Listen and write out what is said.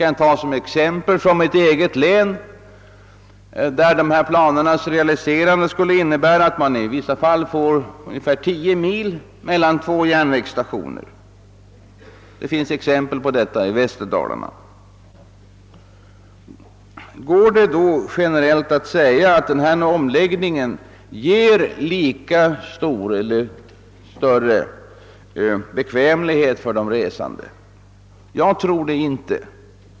I mitt eget län skulle ett realiserande av de nu signalerade planerna innebära att avståndet i vissa fall blir ungefär 10 mil mellan två järnvägsstationer; det finns exempel på detta i Västerdalarna. Kan man då generellt påstå att omläggningen kommer att innebära lika stor eller till och med större bekvämlighet för de resande? Jag tror det inte.